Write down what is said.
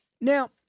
Now